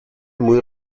muy